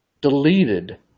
deleted